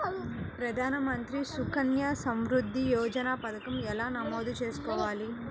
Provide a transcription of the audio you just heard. ప్రధాన మంత్రి సుకన్య సంవృద్ధి యోజన పథకం ఎలా నమోదు చేసుకోవాలీ?